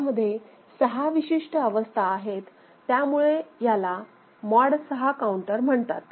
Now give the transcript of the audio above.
त्यामध्ये 6 विशिष्ट अवस्था आहेत त्यामुळे याला मॉड 6 काऊंटर म्हणतात